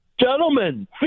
Gentlemen